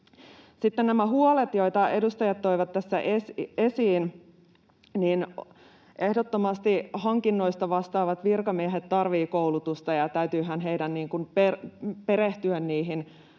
nämä huolet, joita edustajat toivat tässä esiin: Ehdottomasti hankinnoista vastaavat virkamiehet tarvitsevat koulutusta, ja täytyyhän heidän perehtyä niihin